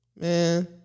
man